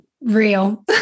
real